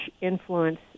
influence